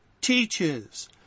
teaches